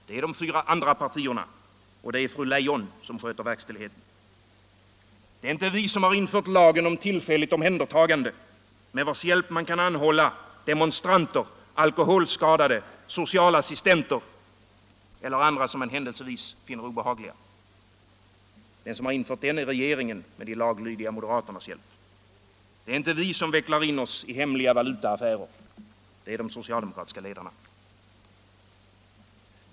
Det är de fyra andra partierna — och det är fru Leijon som sköter verkställigheten. Det är inte vi som har infört lagen om tillfälligt omhändertagande, med vars hjälp man kan anhålla demonstranter, alkoholskadade, socialassistenter eller andra som man händelsevis finner obehagliga. Det är regeringen som gjort det, med de laglydiga moderaternas hjälp. Det är inte vi som vecklar in oss i hemliga valutaaffärer; det är de socialdemokratiska ledarna.